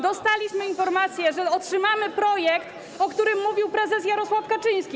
Dostaliśmy informację, że otrzymamy projekt, o którym mówił prezes Jarosław Kaczyński.